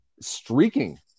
streaking